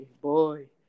boy